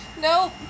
No